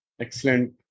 Excellent